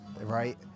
right